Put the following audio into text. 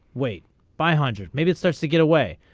weight by hundred maybe it starts to get away.